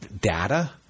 data